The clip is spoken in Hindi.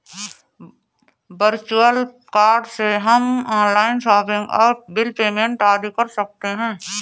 वर्चुअल कार्ड से हम ऑनलाइन शॉपिंग और बिल पेमेंट आदि कर सकते है